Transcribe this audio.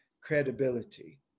credibility